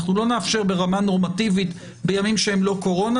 לא נאפשר ברמה נורמטיבית בימים שאינם קורונה,